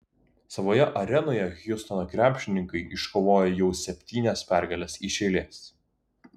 savoje arenoje hjustono krepšininkai iškovojo jau septynias pergales iš eilės